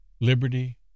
liberty